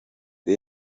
the